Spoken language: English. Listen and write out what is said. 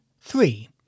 three